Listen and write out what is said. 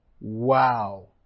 Wow